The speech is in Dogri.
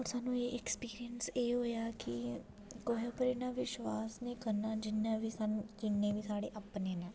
और स्हान्नूं एक्सपिरयंस एह् होएआ कि कुसै पर इन्ना विश्वास निं करना जिन्ने बी स्हान्नूं जिन्ने बी साढे अपने न